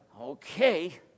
okay